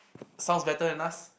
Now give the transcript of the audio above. sounds better than us